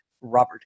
Robert